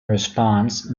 response